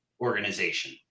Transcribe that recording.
organization